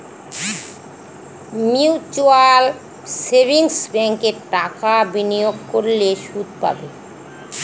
mutual savings ব্যাঙ্কে টাকা বিনিয়োগ করলে সুদ পাবে